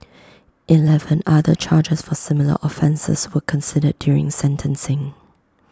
Eleven other charges for similar offences were considered during sentencing